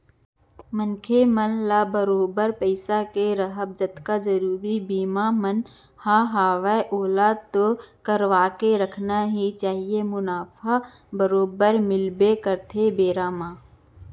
मनखे मन ल बरोबर पइसा के राहब जतका जरुरी बीमा मन ह हवय ओला तो करवाके रखना ही चाही मुनाफा बरोबर मिलबे करथे बेरा म